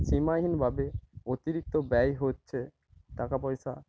সীমাহীনভাবে অতিরিক্ত ব্যয় হচ্ছে টাকা পয়সা